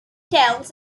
tells